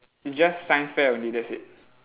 it's just science fair only that's it